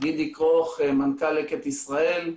גידי כרוך מנכ"ל לקט ישראל,